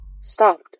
stopped